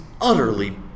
utterly